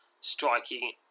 striking